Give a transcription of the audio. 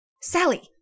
Sally